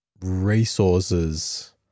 resources